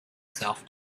self